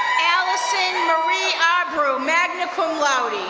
alison marie abru, magna cum laude.